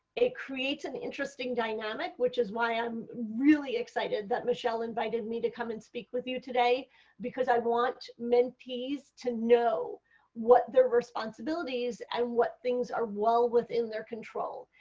it creates an interesting dynamic which is why i am really excited that michelle invited me to come and speak with you today because i want mentees to know what their responsibilities and what things are well within the control.